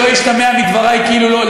שלא ישתמע מדברי כאילו לא,